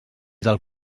del